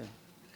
כן.